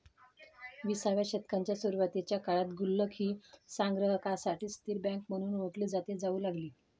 विसाव्या शतकाच्या सुरुवातीच्या काळात गुल्लक ही संग्राहकांसाठी स्थिर बँक म्हणून ओळखली जाऊ लागली